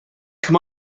come